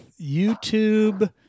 YouTube